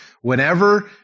whenever